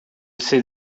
s’est